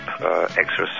exercise